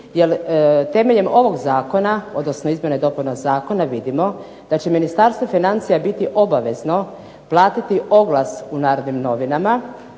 Jer temeljem ovog zakona, odnosno izmjena i dopuna zakona vidimo da će Ministarstvo financija biti obavezno platiti oglas u Narodnim novinama,